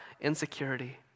insecurity